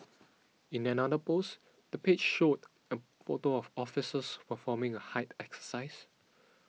in another post the page showed a photo of officers performing a height exercise